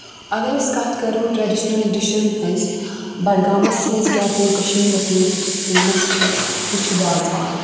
اگر أسۍ کَتھ کَرو ٹرٛیڈِشنَل ڈِشِزَن ہٕنٛز بَڈگامَس منٛز کیاہ پوٗرٕ کشمیٖرَس منٛز یُس فیمَس چھےٚ سُہ چھُ وازوان